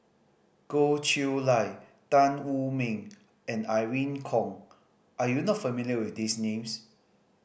Goh Chiew Lye Tan Wu Meng and Irene Khong are you not familiar with these names